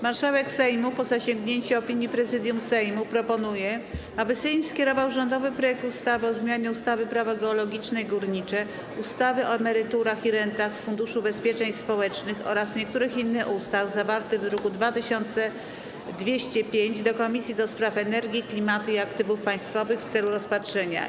Marszałek Sejmu, po zasięgnięciu opinii Prezydium Sejmu, proponuje, aby Sejm skierował rządowy projekt ustawy o zmianie ustawy - Prawo geologiczne i górnicze, ustawy o emeryturach i rentach z Funduszu Ubezpieczeń Społecznych oraz niektórych innych ustaw, zawarty w druku nr 2205, do Komisji do Spraw Energii, Klimatu i Aktywów Państwowych w celu rozpatrzenia.